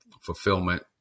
fulfillment